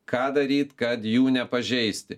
ką daryt kad jų nepažeisti